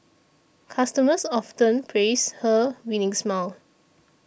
customers often praise her winning smile